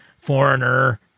Foreigner